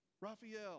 Raphael